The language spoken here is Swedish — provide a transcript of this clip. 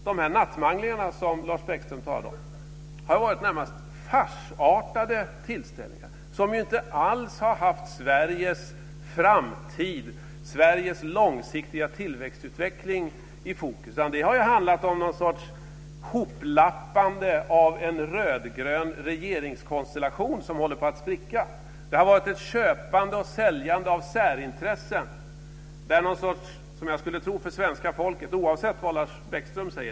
De nattmanglingar som Lars Bäckström talar om har ju varit närmast farsartade tillställningar som inte alls har haft Sveriges framtid och Sveriges långsiktiga tillväxtutveckling i fokus. De har i stället handlat om någon sorts hoplappande av en rödgrön regeringskonstellation som håller på att spricka. Det har verkat som en sorts köpande och säljande av särintressen inför svenska folket, oavsett vad Lars Bäckström säger.